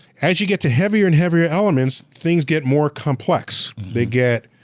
as you get to heavier and heavier elements, things get more complex. they get.